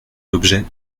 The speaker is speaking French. l’objet